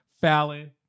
Fallon